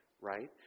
right